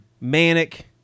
Manic